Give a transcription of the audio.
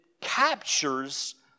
captures